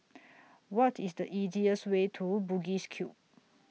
What IS The easiest Way to Bugis Cube